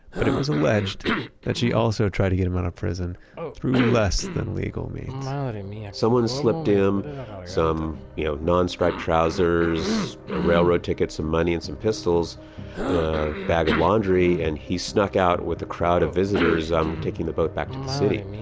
but it was alleged that she also tried to get him out of prison through less than legal means someone slipped him some you know non-striped trousers, a railroad ticket, some money, and some pistols, a bag of laundry, and he snuck out with the crowd of visitors um taking the boat back to the city.